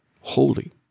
holy